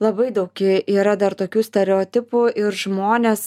labai daug y yra dar tokių stereotipų ir žmonės